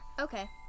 Okay